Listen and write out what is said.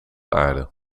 aarde